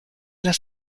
las